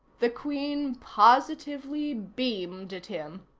the queen positively beamed at him.